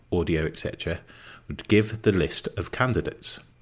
audio etc would give the list of candidates.